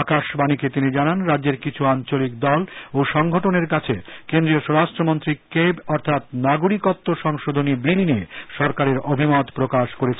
আকাশবাণীকে তিনি জানান রাজ্যের কিছু আঞ্চলিক দল ও সংগঠনের কাছে কেন্দ্রীয় স্বরাষ্ট্রমন্ত্রী ক্যাব অর্থাৎ নাগরিকত্ব সংশোধনী বিল নিয়ে সরকারের অভিমত প্রকাশ করেছেন